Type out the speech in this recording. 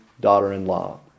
daughter-in-law